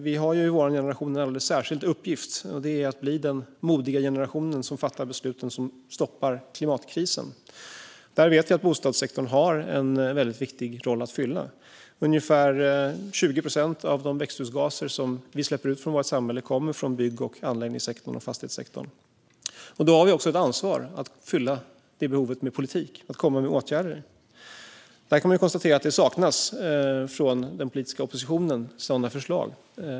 Vi i vår generation har ju en alldeles särskild uppgift, nämligen att bli den modiga generation som fattar besluten som stoppar klimatkrisen. Där vet vi att bostadssektorn har en väldigt viktig roll att fylla. Ungefär 20 procent av de växthusgaser som vi släpper ut från vårt samhälle kommer från bygg och anläggningssektorn och fastighetssektorn. Då har vi också ett ansvar att fylla det behovet med politik, att komma med åtgärder. Här kan man konstatera att det saknas sådana förslag från den politiska oppositionen.